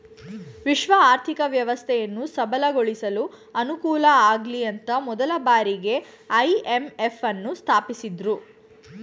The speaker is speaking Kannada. ವಿಶ್ವ ಆರ್ಥಿಕ ವ್ಯವಸ್ಥೆಯನ್ನು ಸಬಲಗೊಳಿಸಲು ಅನುಕೂಲಆಗ್ಲಿಅಂತ ಮೊದಲ ಬಾರಿಗೆ ಐ.ಎಂ.ಎಫ್ ನ್ನು ಸ್ಥಾಪಿಸಿದ್ದ್ರು